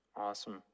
Awesome